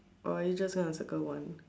or you just gonna circle one